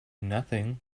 nothing